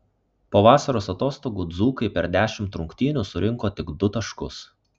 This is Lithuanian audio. po vasaros atostogų dzūkai per dešimt rungtynių surinko tik du taškus